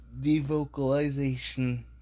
devocalization